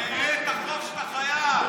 תחזיר את החוב שאתה חייב.